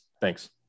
Thanks